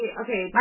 okay